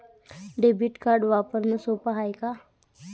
Debit card वापरणं सोप हाय का?